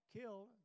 killed